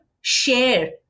share